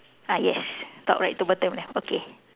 ah yes top right to bottom left okay